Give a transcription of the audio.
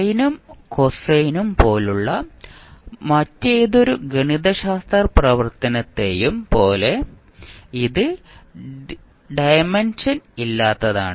സൈനും കോസൈനും പോലുള്ള മറ്റേതൊരു ഗണിതശാസ്ത്ര പ്രവർത്തനത്തെയും പോലെ ഇത് ഡിമെൻഷൻ ഇല്ലാത്തതാണ്